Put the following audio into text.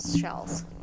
shells